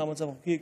מה המצב החוקי,